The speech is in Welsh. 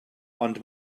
ond